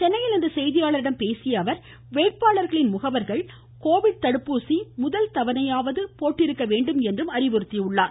சென்னையில் இன்று செய்தியாளர்களிடம் பேசிய அவர் வேட்பாளர்களின் முகவர்கள் கொரோனா தடுப்பூசி முதல் தவணையாவது போட்டிருக்க வேண்டும் என்று கூறினார்